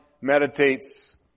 meditates